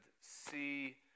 see